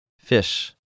Fish